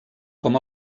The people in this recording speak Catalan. com